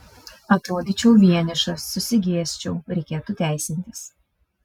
atrodyčiau vienišas susigėsčiau reikėtų teisintis